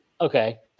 Okay